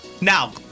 Now